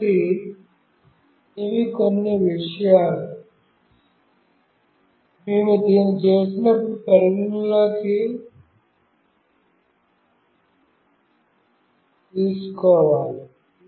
కాబట్టి ఇవి కొన్ని విషయాలు మేము దీన్ని చేసినప్పుడు పరిగణనలోకి తీసుకోవాలి